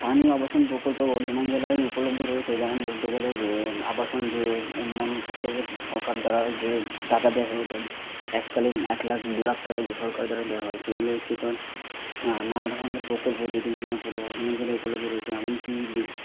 স্থানীয় আবাসন প্রকল্প বর্ধমান জেলায় উপলব্ধ রয়েছে যেমন বলতে গেলে যে আবাসন যে উন্নয়ন ক্ষেত্রে যে সরকার দ্বারা যে টাকা দেওয়া হয় অর্থাৎ এককালীন এক লাখ দু লাখ টাকা যে সরকার দ্বারা দেওয়া হয় সেগুলো হচ্ছে তার নানা ধরনের প্রকল্প যেগুলি কি না পূর্ব বর্ধমান জেলায় উপলব্ধ রয়েছে এমনকি